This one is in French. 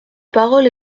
parole